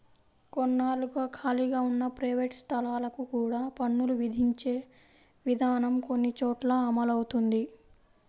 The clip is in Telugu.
కొన్నాళ్లుగా ఖాళీగా ఉన్న ప్రైవేట్ స్థలాలకు కూడా పన్నులు విధించే విధానం కొన్ని చోట్ల అమలవుతోంది